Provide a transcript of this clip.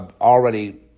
already